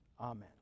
amen